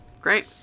Great